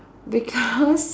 because